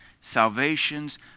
salvations